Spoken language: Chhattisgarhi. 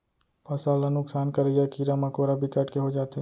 फसल ल नुकसान करइया कीरा मकोरा बिकट के हो जाथे